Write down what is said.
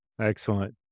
Excellent